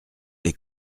les